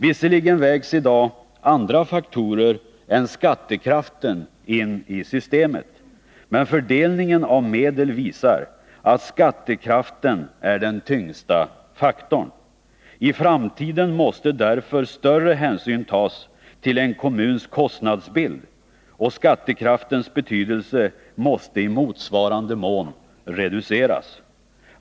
Visserligen vägs i dag andra faktorer än skattekraften in i systemet, men fördelningen av medel visar att skattekraften är den tyngsta faktorn. I framtiden måste därför större hänsyn tas till en kommuns kostnadsbild, och skattekraftens betydelse måste i motsvarande mån reduceras.